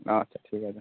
আচ্ছা ঠিক আছে